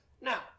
now